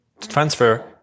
transfer